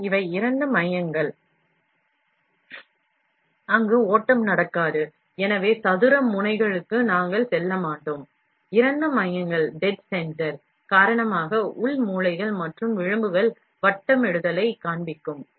எனவே இவை dead மையங்கள் அங்கு ஓட்டம் நடக்காது எனவே சதுர முனைகளுக்கு நாம் செல்ல மாட்டோம் Dead மையத்தின் காரணமாக உள் மூலைகள் மற்றும் விளிம்புகள் வட்டமிடுதலைக் காண்பிக்கும்